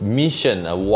mission